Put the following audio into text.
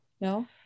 No